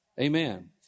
Amen